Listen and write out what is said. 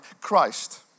Christ